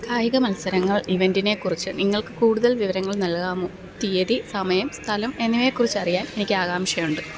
കായിക മത്സരങ്ങൾ ഇവൻ്റിനെക്കുറിച്ച് നിങ്ങൾക്ക് കൂടുതൽ വിവരങ്ങൾ നൽകാമോ തീയതി സമയം സ്ഥലം എന്നിവയെക്കുറിച്ച് അറിയാൻ എനിക്ക് ആകാംക്ഷയുണ്ട്